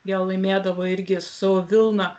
jie laimėdavo irgi sau vilna